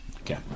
okay